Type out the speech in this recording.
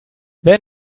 wer